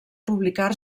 publicar